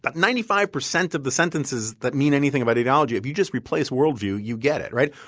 but ninety five percent of the sentences that mean anything about ideology, if you just replace world view, you get it, right?